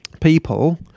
people